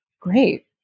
Great